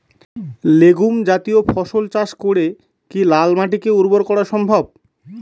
Legume জাতীয় ফসল চাষ করে কি লাল মাটিকে উর্বর করা সম্ভব?